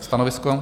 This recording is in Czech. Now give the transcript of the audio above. Stanovisko?